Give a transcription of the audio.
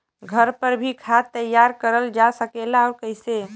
घर पर भी खाद तैयार करल जा सकेला और कैसे?